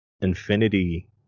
Infinity